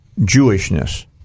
Jewishness